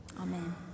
Amen